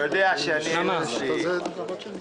אני בטוח שזה לפי צו מצפונך.